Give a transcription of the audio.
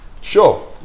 sure